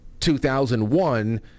2001